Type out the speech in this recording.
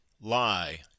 lie